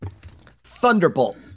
Thunderbolt